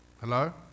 Hello